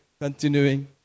continuing